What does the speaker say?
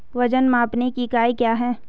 वजन मापने की इकाई क्या है?